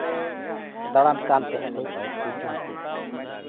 ᱫᱟᱸᱲᱟᱱ ᱠᱟᱱ ᱛᱟᱦᱮᱸᱱᱤᱧ